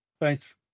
Thanks